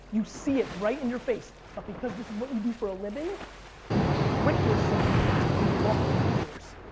you see it right in your face but because this is what you do for a living you trick yourself when you walk through these doors.